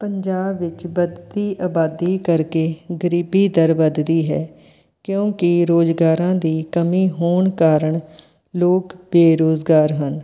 ਪੰਜਾਬ ਵਿੱਚ ਵੱਧਦੀ ਆਬਾਦੀ ਕਰਕੇ ਗਰੀਬੀ ਦਰ ਵੱਧਦੀ ਹੈ ਕਿਉਂਕਿ ਰੁਜ਼ਗਾਰਾਂ ਦੀ ਕਮੀ ਹੋਣ ਕਾਰਨ ਲੋਕ ਬੇਰੁਜ਼ਗਾਰ ਹਨ